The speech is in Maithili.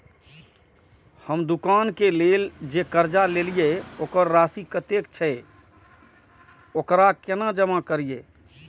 हम दुकान के लेल जे कर्जा लेलिए वकर राशि कतेक छे वकरा केना जमा करिए?